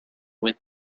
wind